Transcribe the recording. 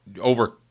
over